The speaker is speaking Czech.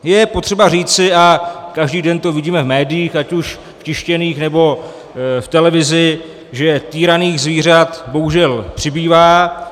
Je potřeba říci, a každý den to vidíme v médiích, ať už tištěných, nebo v televizi, že týraných zvířat bohužel přibývá.